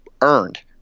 earned